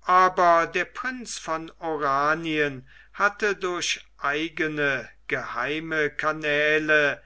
aber der prinz von oranien hatte durch eigene geheime kanäle